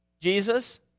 Jesus